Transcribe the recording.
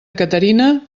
caterina